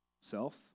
Self